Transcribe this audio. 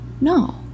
No